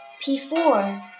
P4